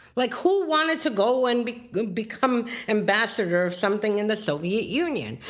like who wanted to go and become ambassador of something in the soviet union?